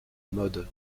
mode